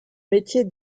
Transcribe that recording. métier